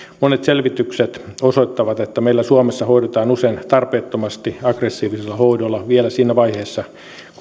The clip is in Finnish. monet selvitykset osoittavat että meillä suomessa hoidetaan usein tarpeettomasti aggressiivisilla hoidoilla vielä siinä vaiheessa